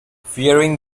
fearing